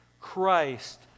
Christ